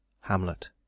Hamlet